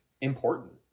important